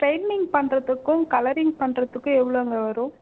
straightening பண்ணுறதுக்கும் colouring பண்ணுறதுக்கும் எவ்வளோங்க வரும்